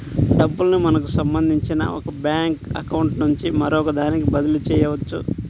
డబ్బుల్ని మనకి సంబంధించిన ఒక బ్యేంకు అకౌంట్ నుంచి మరొకదానికి బదిలీ చెయ్యొచ్చు